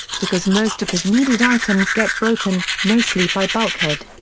because most of his needed items get broken, mostly by bulkhead.